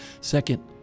Second